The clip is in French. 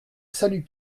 salut